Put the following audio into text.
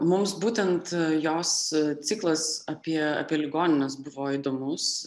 mums būtent jos ciklas apie apie ligonines buvo įdomus